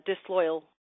disloyal